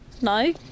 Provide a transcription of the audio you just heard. No